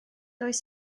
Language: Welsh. oes